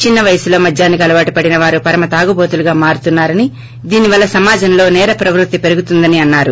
చిన్న వయస్పులో మద్యానికి అలవాటు పడిన వారు పరమ తాగుబోతులుగా మారుతున్నారని దీని వల్ల సమాజంలో సేర ప్రవృత్తి పెరుగుతుందని అన్నారు